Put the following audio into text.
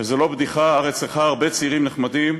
וזה לא בדיחה, הארץ צריכה הרבה צעירים נחמדים.